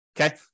Okay